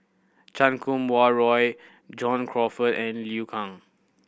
Chan Kum Wah Roy John Crawfurd and Liu Kang